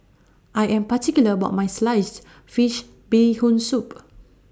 I Am particular about My Sliced Fish Bee Hoon Soup